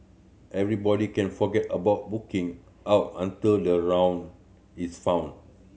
everybody can forget about booking out until the round is found